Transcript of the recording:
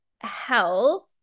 health